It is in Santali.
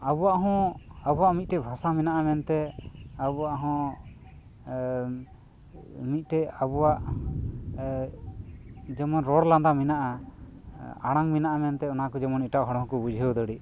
ᱟᱵᱚᱣᱟᱜ ᱦᱚᱸ ᱟᱵᱚᱣᱟᱜ ᱢᱤᱜᱴᱮᱱ ᱵᱷᱟᱥᱟ ᱢᱮᱱᱟᱜᱼᱟ ᱢᱮᱱᱛᱮ ᱟᱵᱚᱣᱟᱜ ᱦᱚᱸ ᱢᱤᱜᱴᱮᱜ ᱟᱵᱚᱣᱟᱜ ᱡᱮᱢᱚᱱ ᱨᱚᱲ ᱞᱟᱸᱫᱟ ᱢᱮᱱᱟᱜᱼᱟ ᱟᱲᱟᱝ ᱢᱮᱱᱟᱜᱼᱟ ᱢᱮᱱᱛᱮ ᱚᱱᱟ ᱠᱚ ᱡᱮᱢᱚᱱ ᱮᱴᱟᱜ ᱦᱚᱲ ᱦᱚᱸᱠᱚ ᱵᱩᱡᱷᱟᱹᱣ ᱫᱟᱲᱮᱜ